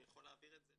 אני יכול להעביר את זה,